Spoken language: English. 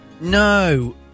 No